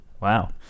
wow